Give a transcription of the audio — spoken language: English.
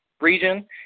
region